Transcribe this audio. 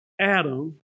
Adam